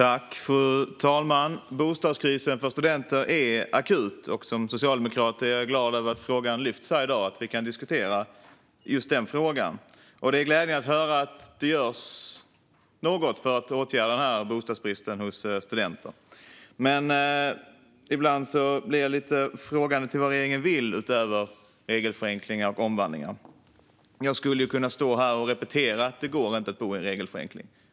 Fru talman! Bostadskrisen för studenter är akut. Som socialdemokrat är jag glad över att frågan lyfts upp här i dag, så att vi kan diskutera den. Det är också glädjande att höra att något görs för att åtgärda bostadsbristen för studenter. Men ibland ställer jag mig frågande till vad regeringen vill, utöver regelförenklingar och omvandlingar. Jag skulle kunna stå här och repetera att det inte går att bo i en regelförenkling.